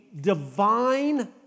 divine